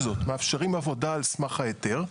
מאפשרים עבודה על סמך ההיתר,